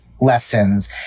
lessons